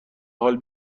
حال